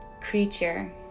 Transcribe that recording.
creature